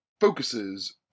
focuses